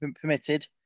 permitted